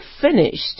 finished